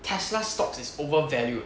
tesla stocks is overvalued